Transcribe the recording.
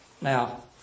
Now